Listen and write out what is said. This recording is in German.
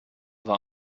war